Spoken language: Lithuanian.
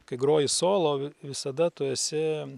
kai groji solo visada tu esi